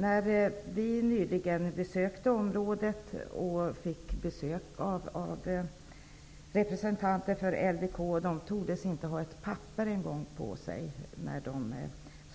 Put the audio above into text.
När vi nyligen besökte området och träffade representanter för LDK, tordes de inte ens ha ett papper på sig